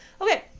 Okay